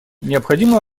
необходимо